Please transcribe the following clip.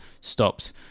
stops